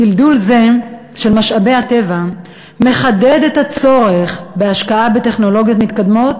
דלדול זה של משאבי הטבע מחדד את הצורך בהשקעה בטכנולוגיות מתקדמות